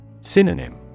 Synonym